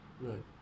Right